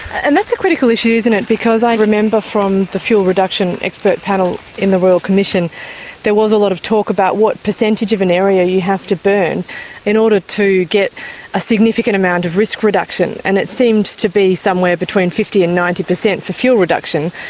and that's a critical issue, isn't it, because i remember from the fuel reduction expert panel in the royal commission there was a lot of talk about what percentage of an area you have to burn in order to get a significant amount of risk reduction. and it seemed to be somewhere between fifty and ninety per cent for fuel reduction,